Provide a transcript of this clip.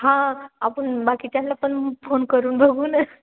हां आपण बाकीच्यांना पण फोन करून बघू न